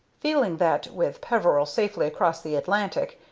feeling that, with peveril safely across the atlantic,